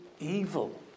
evil